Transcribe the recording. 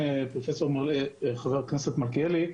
חבר הכנסת מלכיאלי,